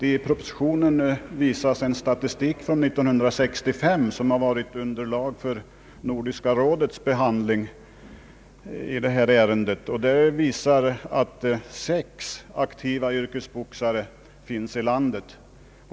I propositionen visas en statistik från år 1965, som har varit underlag för Nordiska rådets behandling av detta ärende. Statistiken visar att det finns sex aktiva yrkesboxare i landet.